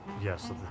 Yes